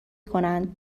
کنند